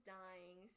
dying